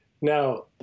Now